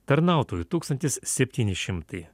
tarnautojų tūkstantis septyni šimtai